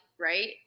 right